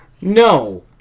No